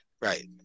right